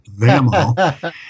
VAMO